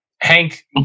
Hank